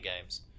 games